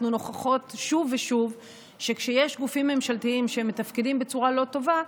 אנחנו נוכחות שוב ושוב שכשיש גופים ממשלתיים שמתפקדים בצורה לא טובה,